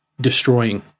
destroying